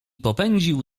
popędził